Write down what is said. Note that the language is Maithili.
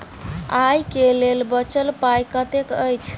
आइ केँ लेल बचल पाय कतेक अछि?